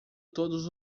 todos